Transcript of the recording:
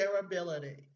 shareability